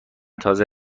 تازه